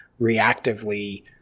reactively